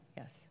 yes